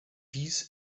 dies